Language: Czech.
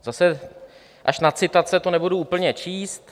Zase až na citace to nebudu úplně číst.